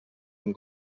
amb